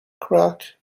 crack